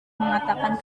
mengatakan